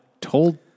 told